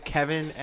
Kevin